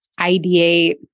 ideate